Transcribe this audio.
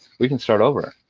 we can start over.